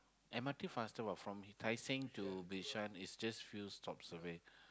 M_R_T faster what from Tai Seng to Bishan is just few stops away